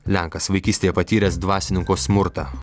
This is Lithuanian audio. lenkas vaikystėje patyręs dvasininko smurtą